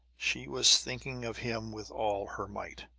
she was thinking of him with all her might.